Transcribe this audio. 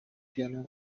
piano